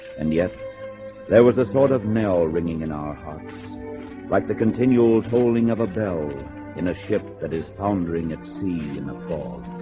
and yet there was a sort of knell ringing in our heart like the continual tolling of a bell in a ship that is foundering its season of all